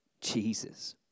Jesus